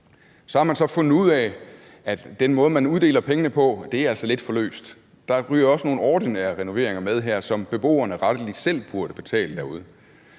Så har man så fundet ud af, at den måde, man uddeler pengene på, altså er lidt for løs. Der ryger også nogle ordinære renoveringer med her, som beboerne rettelig selv burde betale derude,